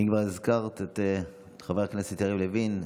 אם כבר הזכרת את חבר הכנסת יריב לוין,